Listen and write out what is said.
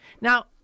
Now